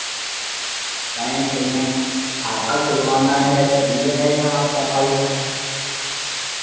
bank में खाता खुलवाना है खुल जाएगा आपका भाई साहब